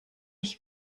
ich